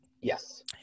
Yes